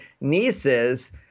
nieces